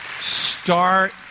Start